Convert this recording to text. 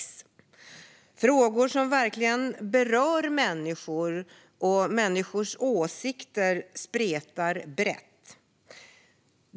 Det är frågor som verkligen berör människor, och deras åsikter spretar brett.